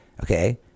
Okay